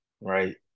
right